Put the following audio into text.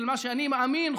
של מה שאני מאמין,